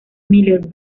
miller